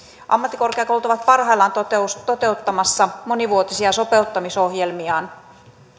ammattikorkeakoulut ovat parhaillaan toteuttamassa toteuttamassa monivuotisia sopeuttamisohjelmiaan